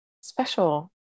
special